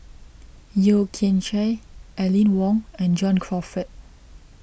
Yeo Kian Chye Aline Wong and John Crawfurd